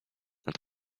nad